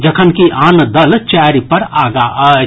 जखनकि आन दल चारि पर आगा अछि